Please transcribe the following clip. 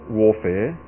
warfare